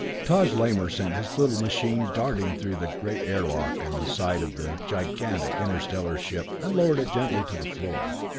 taj lamor sent his little machine darting through the great airlock in the side of the gigantic interstellar ship and lowered it gently to the floor.